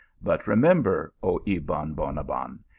but remember, oh ebon bonabbon,